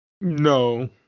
No